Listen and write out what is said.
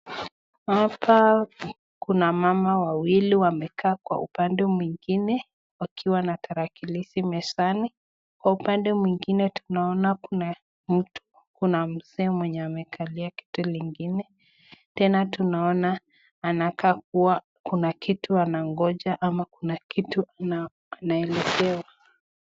Hapa kuna mama wawili wamekaa kwa upande mwingine wakiwa na tarakilishi mezani. Kwa upande mwingine tunaona kuna mtu, kuna mzee mwenye amekalia kiti lingine tena tunaona anakaa kuwa kuna kitu anangoja ama kuna kitu anaelezewa.